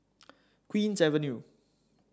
Queen's Avenue